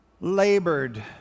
labored